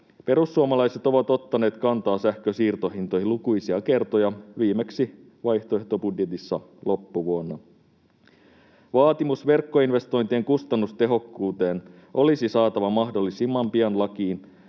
Perussuomalaiset ovat ottaneet kantaa sähkönsiirtohintoihin lukuisia kertoja, viimeksi vaihtoehtobudjetissa loppuvuonna. Vaatimus verkkoinvestointien kustannustehokkuudesta olisi saatava mahdollisimman pian lakiin,